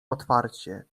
otwarcie